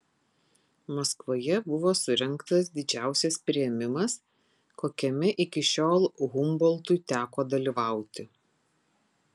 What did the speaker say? maskvoje buvo surengtas didžiausias priėmimas kokiame iki šiol humboltui teko dalyvauti